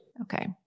Okay